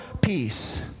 peace